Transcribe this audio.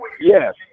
Yes